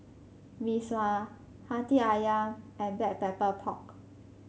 Mee Sua Hati ayam and Black Pepper Pork